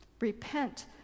Repent